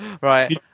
right